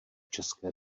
české